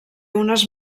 unes